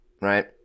right